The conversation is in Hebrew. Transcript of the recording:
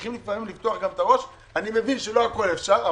אני מבין שלא הכול אפשר.